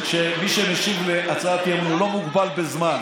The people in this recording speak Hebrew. שמי שמשיב על הצעת אי-אמון לא מוגבל בזמן.